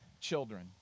children